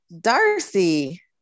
Darcy